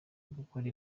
ugukora